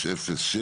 מ/1606,